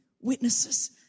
witnesses